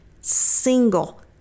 single